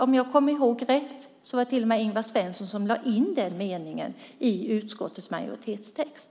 Om jag kommer ihåg rätt var det till och med Ingvar Svensson som lade in den meningen i utskottets majoritetstext.